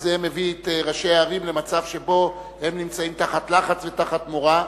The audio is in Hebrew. זה מביא את ראשי הערים למצב שבו הם נמצאים תחת לחץ ותחת מורא.